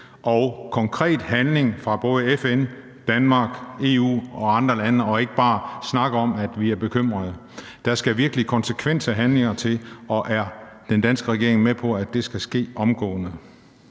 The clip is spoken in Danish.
konkret handling fra både FN, Danmark, EU og andre lande, og ikke bare snak om, at vi er bekymrede? Der skal virkelig konsekvens og handlinger til – og er den danske regering med på, at det skal ske omgående?